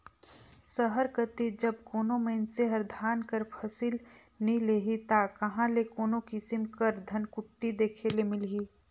सहर कती जब कोनो मइनसे हर धान कर फसिल नी लेही ता कहां ले कोनो किसिम कर धनकुट्टी देखे ले मिलही